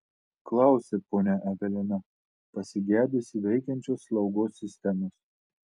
klausė ponia evelina pasigedusi veikiančios slaugos sistemos